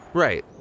right,